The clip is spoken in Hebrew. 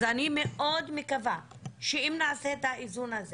אז אני מאוד מקווה שאם נעשה את האיזון הזה